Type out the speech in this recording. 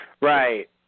Right